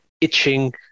itching